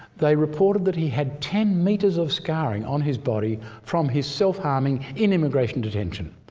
they reported that he had ten metres of scarring on his body from his self-harming in immigration detention.